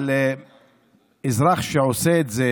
אבל אזרח שעושה את זה